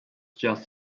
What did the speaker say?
just